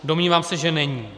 Domnívám se, že není.